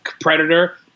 Predator